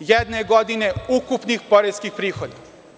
jedne godine ukupnih poreskih prihoda.